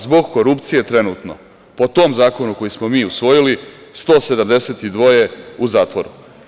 Zbog korupcije trenutno, po tom zakonu koji smo mi usvojili, 172 je u zatvoru.